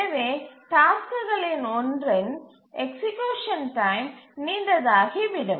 எனவே டாஸ்க்குகளில் ஒன்றின் எக்சீக்யூசன் டைம் நீண்டதாகிவிடும்